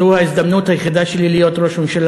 זו ההזדמנות היחידה שלי להיות ראש ממשלה,